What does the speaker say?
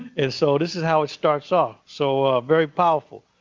and so this is how it starts off, so very powerful.